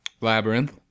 Labyrinth